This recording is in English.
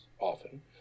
often